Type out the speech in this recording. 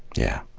yeah.